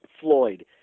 Floyd